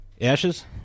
Ashes